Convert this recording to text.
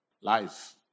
life